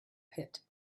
pit